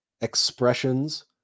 expressions